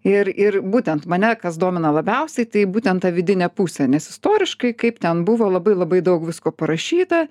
ir ir būtent mane kas domina labiausiai tai būtent ta vidinė pusė nes istoriškai kaip ten buvo labai labai daug visko parašyta